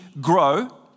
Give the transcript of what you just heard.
grow